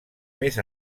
més